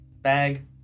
bag